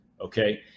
okay